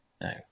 no